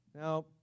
Now